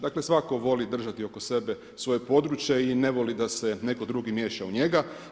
Dakle, svatko voli držati oko sebe svoje područje i ne voli da se netko drugi miješa u njega.